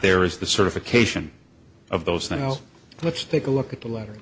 there is the certification of those now let's take a look at the letter